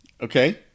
Okay